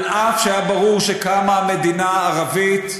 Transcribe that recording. אף שהיה ברור שקמה מדינה ערבית,